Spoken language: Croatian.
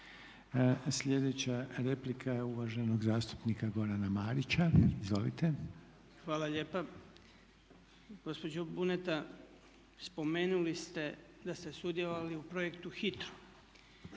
Sljedeća replika je uvaženog zastupnika Gorana Marića. Izvolite. **Marić, Goran (HDZ)** Hvala lijepa. Gospođo Buneta spomenuli ste da ste sudjelovali u projektu HITRO ali